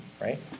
right